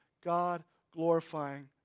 God-glorifying